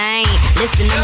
Listen